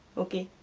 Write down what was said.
okay.